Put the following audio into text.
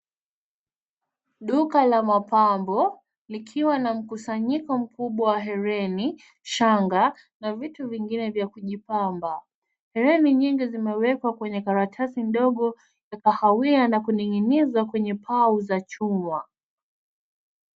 Duka la mapambo likiwa na mkusanyiko mkubwa wa hereni, shanga na vitu vingine vya kujipamba. Hereni nyingi zimewekwa kwenye karatasi ndogo ya kahawia na kuning'inizwa kwenye pau za chuma.